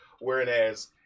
Whereas